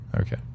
Okay